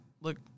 look